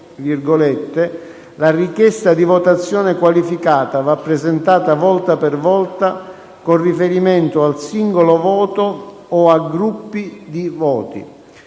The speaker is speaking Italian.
«La richiesta di votazione qualificata va presentata volta per volta con riferimento al singolo voto o a gruppi di voti.